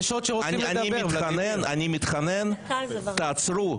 אני מתחנן, תעצרו.